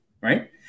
right